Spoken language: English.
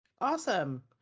Awesome